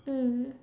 mm